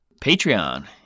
Patreon